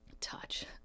touch